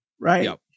right